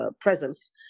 presence